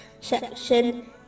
section